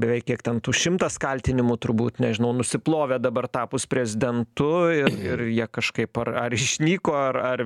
beveik kiek ten tų šimtas kaltinimų turbūt nežinau nusiplovė dabar tapus prezidentu ir ir jie kažkaip ar ar išnyko ar ar